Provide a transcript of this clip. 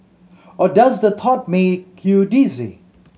or does the thought make you dizzy